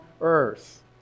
earth